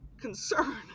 concern